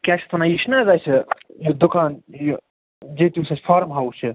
کیٛاہ چھِ اَتھ وَنان یہِ چھِنَہ حظ اسہِ یہِ دُکان یہِ ییٚتہِ یُس اسہِ فارَم ہاوُس چھِ